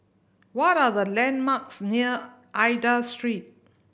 what are the landmarks near Aida Street